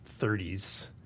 30s